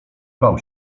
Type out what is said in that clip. bał